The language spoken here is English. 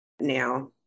Now